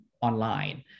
online